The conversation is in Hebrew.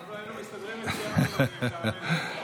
אנחנו היינו מסתדרים בלעדיהם, תאמין לי.